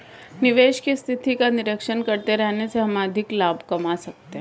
निवेश की स्थिति का निरीक्षण करते रहने से हम अधिक लाभ कमा सकते हैं